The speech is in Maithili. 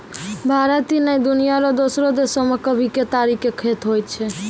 भारत ही नै, दुनिया रो दोसरो देसो मॅ भी केतारी के खेती होय छै